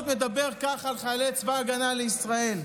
מדבר כך על חיילי צבא ההגנה לישראל?